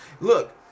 Look